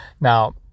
Now